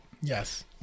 Yes